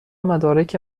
مدارک